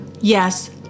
Yes